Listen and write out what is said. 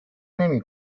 نمی